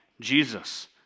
Jesus